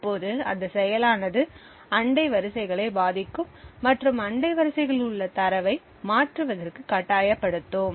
அப்போது அந்த செயலாளனது அண்டை வரிசைகளை பாதிக்கும் மற்றும் அண்டை வரிசைகளில் உள்ள தரவை மாற்றுவதற்கு கட்டாயப்படுத்தும்